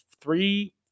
three